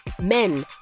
Men